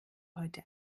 heute